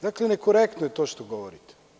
Dakle, nekorektno je to što govorite.